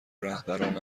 رهبران